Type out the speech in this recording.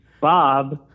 Bob